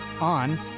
on